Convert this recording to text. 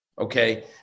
okay